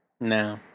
No